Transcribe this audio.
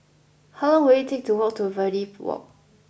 how long will it take to walk to Verde Walk